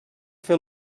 fer